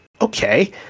okay